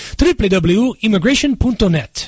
www.immigration.net